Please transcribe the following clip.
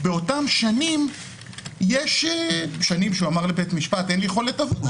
באותן שנים שבהן הוא אמר לבית המשפט שאין לו יכולת עבודה,